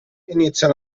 iniziano